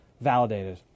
validated